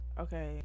okay